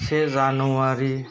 से जानुवारि